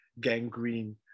gangrene